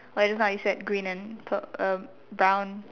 like just now you said green and pur~ um brown